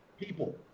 people